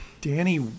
Danny